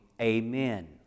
Amen